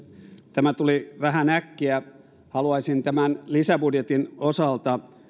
tämä tuli vähän äkkiä haluaisin tämän lisäbudjetin osalta